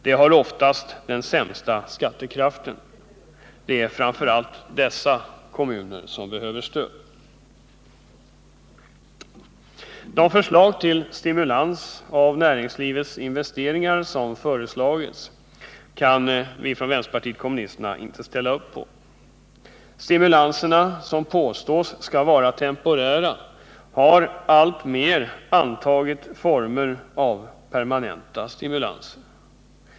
De har oftast den sämsta skattekraften. Det är framför allt dessa kommuner som behöver stöd. De förslag till stimulans av näringslivets investeringar som framförts kan vi från vpk inte ställa upp på. Stimulanserna, som påstås vara temporära, har alltmer antagit formen av permanenta stimulanser.